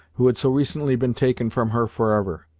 who had so recently been taken from her forever,